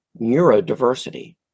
neurodiversity